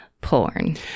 porn